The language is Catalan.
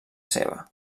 seva